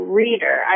reader